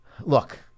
look